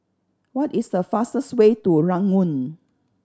what is the fastest way to Ranggung